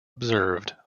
observed